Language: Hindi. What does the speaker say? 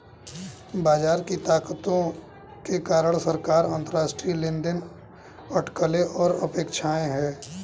बाजार की ताकतों के कारक सरकार, अंतरराष्ट्रीय लेनदेन, अटकलें और अपेक्षाएं हैं